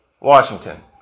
Washington